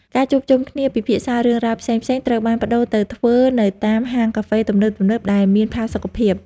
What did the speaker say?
ការជួបជុំគ្នាពិភាក្សារឿងរ៉ាវផ្សេងៗត្រូវបានប្តូរទៅធ្វើនៅតាមហាងកាហ្វេទំនើបៗដែលមានផាសុកភាព។